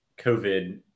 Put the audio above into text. COVID